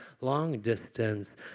long-distance